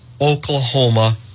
Oklahoma